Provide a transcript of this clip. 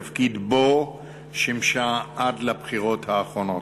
תפקיד שבו שימשה עד לבחירות האחרונות.